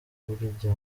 burya